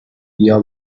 بیا